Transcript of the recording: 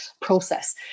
process